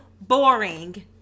boring